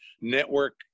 network